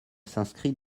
s’inscrit